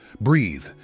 breathe